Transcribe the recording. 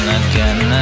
again